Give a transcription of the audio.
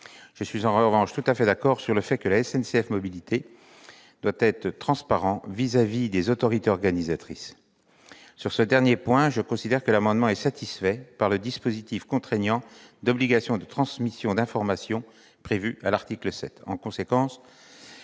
Je suis en revanche tout à fait d'accord sur le fait que SNCF Mobilités doit être transparente vis-à-vis des autorités organisatrices. Sur ce dernier point, je considère que l'amendement est satisfait par le dispositif contraignant d'obligation de transmission d'informations prévu à l'article 7. En conséquence,